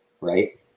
Right